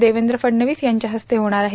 देवेंद्र फडणवीस यांच्या हस्ते होणार आहे